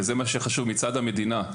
וזה מה שחשוב מצד המדינה,